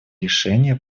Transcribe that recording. решения